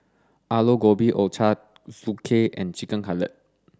Alu Gobi Ochazuke and Chicken Cutlet